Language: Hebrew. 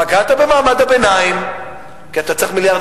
פגעת במעמד הביניים כי אתה צריך מיליארד